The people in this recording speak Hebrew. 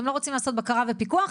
אתם לא רוצים לעשות בקרה ופיקוח?